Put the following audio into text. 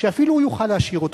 שאפילו הוא יוכל לשיר אותו.